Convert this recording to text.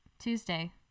Tuesday